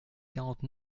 quarante